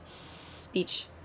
speech